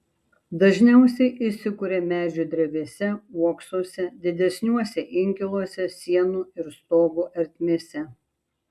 dažniausiai įsikuria medžių drevėse uoksuose didesniuose inkiluose sienų ir stogų ertmėse